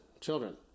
Children